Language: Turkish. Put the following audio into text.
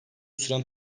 süren